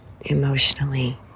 emotionally